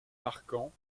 marquant